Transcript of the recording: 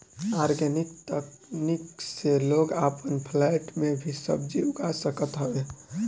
organic तकनीक से लोग अपन फ्लैट में भी सब्जी उगा सकत हवे